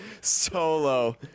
solo